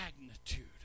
magnitude